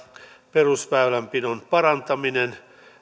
perusväylänpidon parantaminen